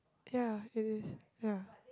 ya it is ya